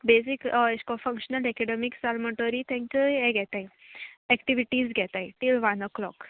basic एशे को functional academics जाल म्हणटोरी तांकां हे घेताय एक्टिविटीज घेताय टील वन ओ क्लॉक